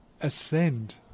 ascend